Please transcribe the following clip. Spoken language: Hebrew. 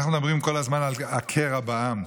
אנחנו מדברים כל הזמן על הקרע בעם,